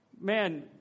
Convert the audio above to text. man